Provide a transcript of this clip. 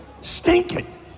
stinking